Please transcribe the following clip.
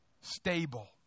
Stable